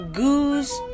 goose